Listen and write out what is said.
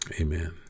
Amen